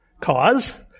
Cause